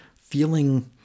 feeling